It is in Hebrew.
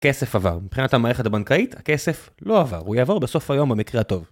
כסף עבר, מבחינת המערכת הבנקאית, הכסף לא עבר, הוא יעבור בסוף היום במקרה טוב